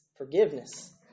forgiveness